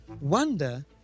Wonder